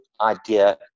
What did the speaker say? idea